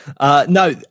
No